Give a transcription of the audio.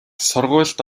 сургуульд